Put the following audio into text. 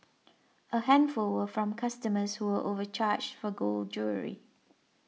a handful were from customers who were overcharged for gold jewellery